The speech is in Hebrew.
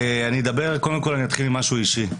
אני אתחיל עם משהו אישי.